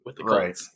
Right